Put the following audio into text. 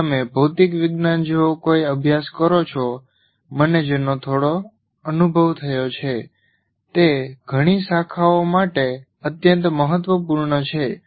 જો તમે ભૌતિક વિજ્ઞાન જેવો કોઈ અભ્યાસ કરો છો મને જેનો થોડો અનુભવ થયો છે તે ઘણી શાખાઓ માટે અત્યંત મહત્વપૂર્ણ છે